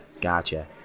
gotcha